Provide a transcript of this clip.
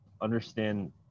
understand